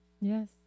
Yes